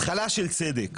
התחלה של צדק.